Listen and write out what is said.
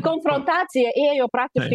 konfrontacija ėjo praktiškai